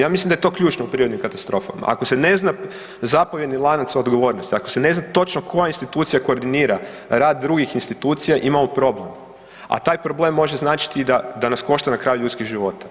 Ja mislim da je to ključno u prirodnim katastrofama, ako se ne zna zapovjedni lanac odgovornosti, ako se ne zna točno koja institucija koordinira rad drugih institucija imamo problem, a taj problem može značiti i da nas košta na kraju ljudskih života.